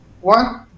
one